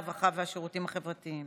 הרווחה והשירותים החברתיים